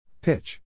Pitch